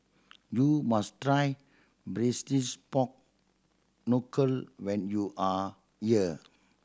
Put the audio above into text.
you must try braise pork knuckle when you are here